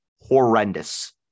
horrendous